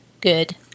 good